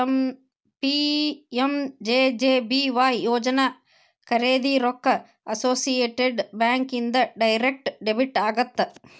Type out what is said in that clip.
PMJJBY ಯೋಜನಾ ಖರೇದಿ ರೊಕ್ಕ ಅಸೋಸಿಯೇಟೆಡ್ ಬ್ಯಾಂಕ್ ಇಂದ ಡೈರೆಕ್ಟ್ ಡೆಬಿಟ್ ಆಗತ್ತ